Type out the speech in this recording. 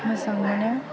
मोजां मोनो